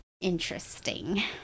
interesting